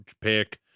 pick